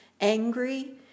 angry